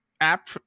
app